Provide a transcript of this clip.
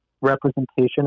representation